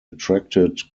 attracted